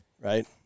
right